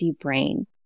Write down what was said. brain